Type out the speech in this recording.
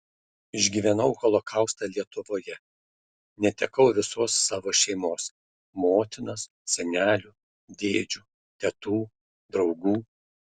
išgyvenau holokaustą lietuvoje netekau visos savo šeimos motinos senelių dėdžių tetų draugų